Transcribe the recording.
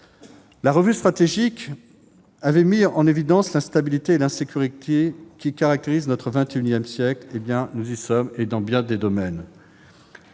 La revue stratégique avait mis en évidence l'instabilité et l'insécurité qui caractérisent notre XXIsiècle. Nous y sommes, et ce dans bien des domaines